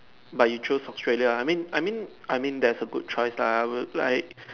but you choose Australia I mean I mean I mean that's a good choice lah I would like